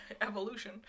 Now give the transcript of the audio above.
evolution